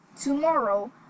Tomorrow